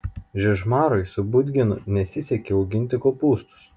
žižmarui su budginu nesisekė auginti kopūstus